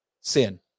sin